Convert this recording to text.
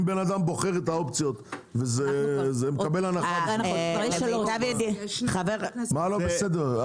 אם בן אדם בוחר אופציות, ומקבל הנחה, מה לא בסדר?